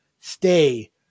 stay